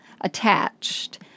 Attached